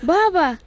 Baba